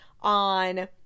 on